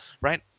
Right